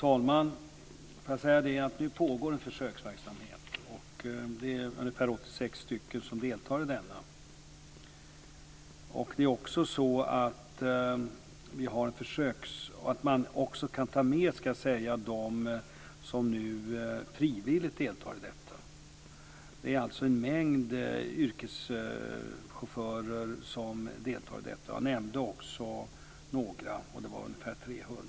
Herr talman! Nu pågår en försöksverksamhet. Det är 86 stycken som deltar i denna. Man kan också räkna in dem som nu frivilligt deltar. Det är alltså en mängd yrkeschaufförer som deltar. Jag nämnde några. Det är ungefär 300.